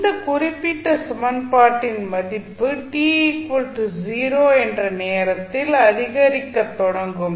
இந்த குறிப்பிட்ட சமன்பாட்டின் மதிப்பு t 0 என்ற நேரத்தில் அதிகரிக்கத் தொடங்கும்